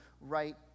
right